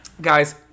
Guys